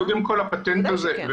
קודם כל הפטנט הזה,